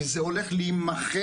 וזה הולך להימחק,